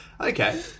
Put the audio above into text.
Okay